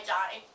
die